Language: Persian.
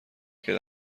کرد